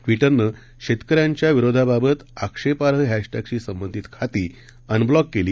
ट्विटरनंशेतकऱ्यांच्याविरोधाबाबत आक्षेपाईहॅशटॅगशीसंबंधितखातीअनब्लॉककेली